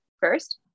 first